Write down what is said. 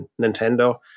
Nintendo